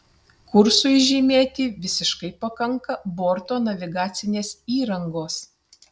kursui žymėti visiškai pakanka borto navigacinės įrangos